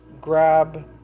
grab